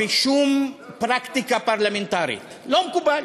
לא מקובל בשום פרקטיקה פרלמנטרית, לא מקובל.